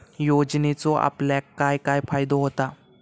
योजनेचो आपल्याक काय काय फायदो होता?